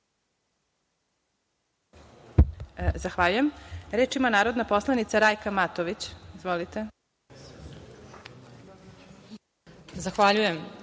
Zahvaljujem. Reč ima narodna poslanica Rajka Matović. Izvolite. **Rajka